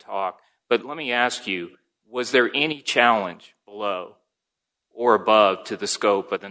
talk but let me ask you was there any challenge or above to the scope of the